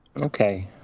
Okay